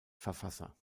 verfasser